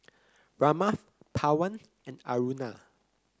Ramnath Pawan and Aruna